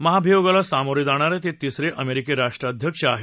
महाभियोगाला सामोरे जाणारे ते तिसरे अमेरिकी राष्ट्राध्यक्ष ा आहेत